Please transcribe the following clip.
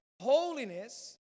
holiness